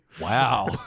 Wow